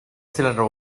cylinder